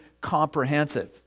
comprehensive